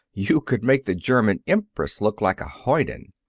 you could make the german empress look like a hoyden.